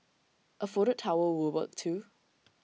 A folded towel would work too